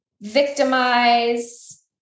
victimize